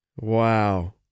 Wow